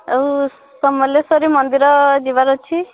ଆଉ ସମଲେଶ୍ୱରୀ ମନ୍ଦିର ଯିବାର ଅଛି